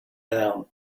down